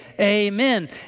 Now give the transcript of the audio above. Amen